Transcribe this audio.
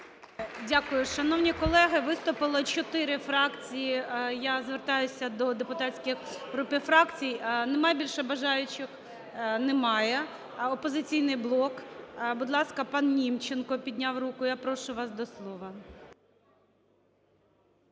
Дякую. Шановні колеги, виступило чотири фракції. Я звертаюсь до депутатських груп і фракцій: немає більше бажаючих? Немає. А "Опозиційний блок"? Будь ласка, пан Німченко, підняв руку, я прошу вас до слова.